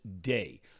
day